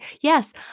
Yes